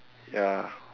ya